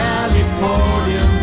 California